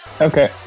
Okay